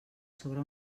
sobre